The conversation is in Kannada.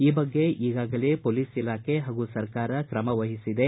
ಈ ಬಗ್ಗೆ ಈಗಾಗಲೇ ಪೊಲೀಸ್ ಇಲಾಖೆ ಹಾಗೂ ಸರ್ಕಾರ ತ್ರಮವಹಿಸಿದೆ